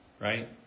right